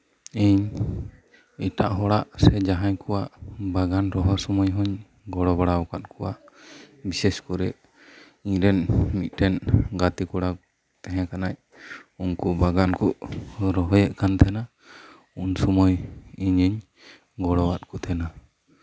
ᱤᱧ ᱮᱴᱟᱜ ᱦᱚᱲᱟᱜ ᱵᱟᱜᱟᱱ ᱨᱚᱦᱚᱭ ᱥᱚᱢᱚᱭ ᱦᱚᱧ ᱜᱚᱲᱚ ᱵᱟᱲᱟ ᱟᱠᱟᱫ ᱠᱚᱣᱟ ᱵᱤᱥᱮᱥ ᱠᱚᱨᱮ ᱤᱧ ᱨᱮᱱ ᱢᱤᱫᱴᱮᱱ ᱜᱟᱛᱮ ᱠᱚᱲᱟ ᱛᱟᱦᱮᱸ ᱠᱟᱱᱟᱭ ᱩᱱᱠᱩ ᱵᱟᱜᱟᱱ ᱠᱚ ᱨᱚᱦᱚᱭᱮᱫ ᱛᱟᱦᱮᱸ ᱠᱟᱱᱟ ᱩᱱ ᱥᱚᱢᱚᱭ ᱤᱧᱤᱧ ᱜᱚᱲᱚ ᱟᱫ ᱠᱚ ᱛᱟᱸᱦᱮᱱᱟ